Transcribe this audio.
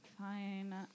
Fine